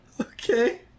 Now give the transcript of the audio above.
Okay